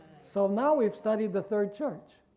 so now we've studied the third church.